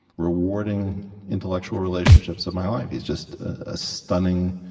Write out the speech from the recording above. rewarding intellectual relationships of my life. he's just stunning,